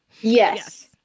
Yes